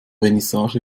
vernissage